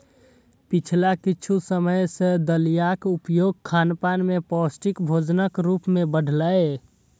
पिछला किछु समय सं दलियाक उपयोग खानपान मे पौष्टिक भोजनक रूप मे बढ़लैए